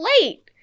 late